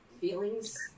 feelings